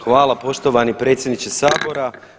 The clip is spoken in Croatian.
Hvala poštovani predsjedniče Sabora.